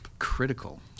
critical